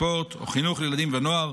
ספורט או חינוך לילדים ונוער,